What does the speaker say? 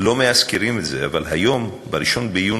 לא מאזכרים את זה, אבל היום, ב-1 ביוני.